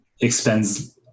expends